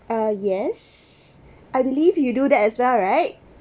uh yes I believe you do that as well right